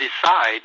decide